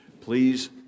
Please